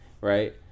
right